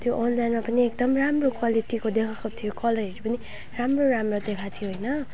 त्यो अनलाइनमा पनि एकदम राम्रो क्वालिटीको देखाएको थियो कलरहरू पनि राम्रो राम्रो देखाएको थियो होइन